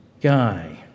guy